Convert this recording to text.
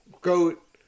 goat